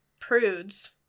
prudes